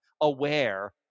aware